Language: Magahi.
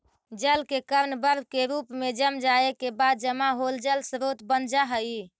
जल के कण बर्फ के रूप में जम जाए के बाद जमा होल जल स्रोत बन जा हई